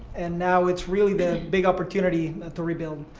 and now it's really the big opportunity to rebuild.